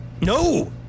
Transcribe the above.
No